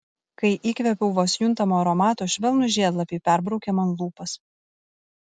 kai įkvėpiau vos juntamo aromato švelnūs žiedlapiai perbraukė man lūpas